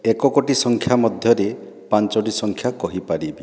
ଏକକୋଟି ସଂଖ୍ୟା ମଧ୍ୟରେ ପଞ୍ଚୋଟି ସଂଖ୍ୟା କହିପାରିବି